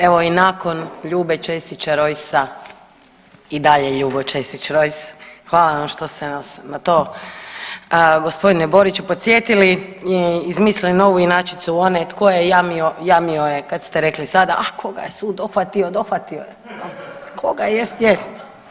Evo i nakon Ljube Česića Rojsa i dalje Ljubo Česić Rojs hvala vam što ste nas na to gospodine Boriću podsjetili i izmislili novu inačicu one tko je jamio jamio je kad ste rekli sada ah koga je sud dohvatio, dohvatio je koga jest, jest.